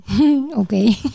okay